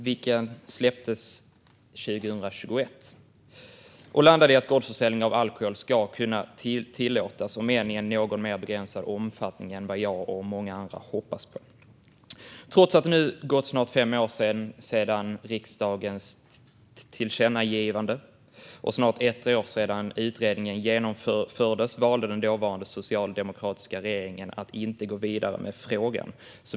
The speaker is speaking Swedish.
Den släpptes 2021 och landade i att gårdsförsäljning av alkohol ska kunna tillåtas, om än i en något mer begränsad omfattning än vad jag och många andra hoppas på. Det har nu gått snart fem år sedan riksdagens tillkännagivande och snart ett år sedan utredningen genomfördes. Men den dåvarande socialdemokratiska regeringen valde att inte gå vidare med frågan.